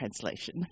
translation